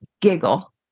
giggle